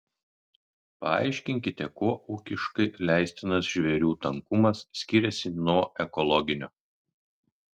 paaiškinkite kuo ūkiškai leistinas žvėrių tankumas skiriasi nuo ekologinio